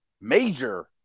major